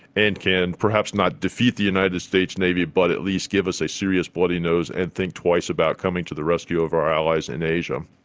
and can perhaps not defeat the united states navy but at least give us a serious bloody nose and think twice about coming to the rescue of our allies in asia.